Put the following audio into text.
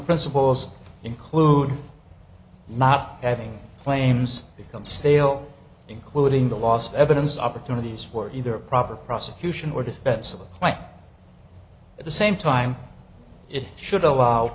principles include not having claims become stale including the loss of evidence opportunities for either a proper prosecution or defense at the same time it should allow